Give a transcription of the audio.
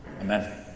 Amen